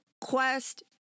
Quest